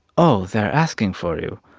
oh, they're asking for you.